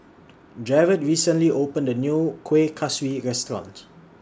Jarrod recently opened A New Kueh Kaswi Restaurant